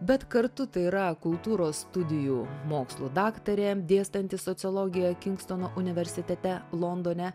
bet kartu tai yra kultūros studijų mokslų daktarė dėstanti sociologiją kingstono universitete londone